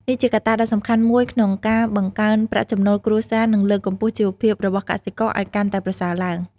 នេះជាកត្តាដ៏សំខាន់មួយក្នុងការបង្កើនប្រាក់ចំណូលគ្រួសារ និងលើកកម្ពស់ជីវភាពរបស់កសិករឲ្យកាន់តែប្រសើរឡើង។